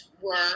work